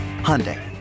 Hyundai